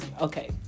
Okay